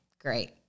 Great